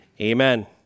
Amen